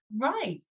Right